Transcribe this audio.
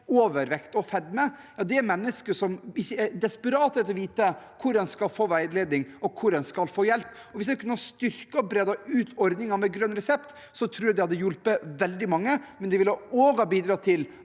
overvekt og fedme, er mennesker som er desperate etter å vite hvor en skal få veiledning, og hvor en skal få hjelp. Hvis en kunne ha styrket og breddet ut ordningen med grønn resept, tror jeg det hadde hjulpet veldig mange, men det ville også ha bidratt til